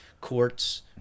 Courts